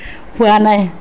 হোৱা নাই